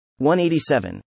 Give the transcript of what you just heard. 187